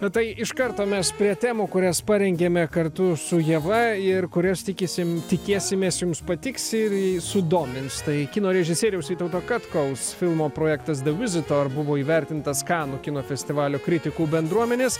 na tai iš karto mes prie temų kurias parengėme kartu su ieva ir kurias tikisim tikėsimės jums patiks ir sudomins tai kino režisieriaus vytauto katkaus filmo projektas the visitor buvo įvertintas kanų kino festivalio kritikų bendruomenės